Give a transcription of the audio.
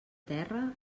terra